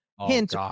Hint